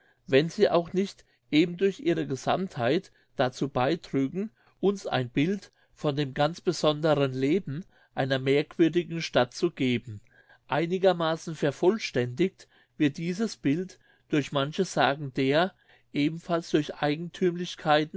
wenn sie auch nicht eben durch ihre gesammtheit dazu beitrügen uns ein bild von dem ganz besonderen leben einer merkwürdigen stadt zu geben einigermaßen vervollständigt wird dieses bild durch manche sagen der ebenfalls durch